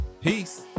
Peace